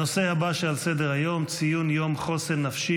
הנושא הבא שעל סדר-היום: ציון יום חוסן נפשי